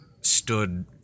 stood